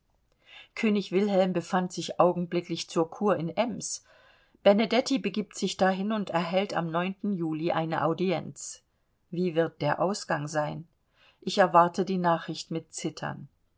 könig wilhelm befand sich augenblicklich zur kur in ems benedetti begibt sich dahin und erhält am juli eine audienz wie wird der ausgang sein ich erwarte die nachricht mit zittern